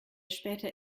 später